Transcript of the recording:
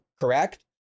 correct